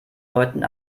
leuten